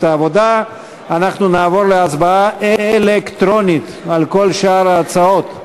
העבודה אנחנו נעבור להצבעה אלקטרונית על כל שאר ההצעות,